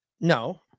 no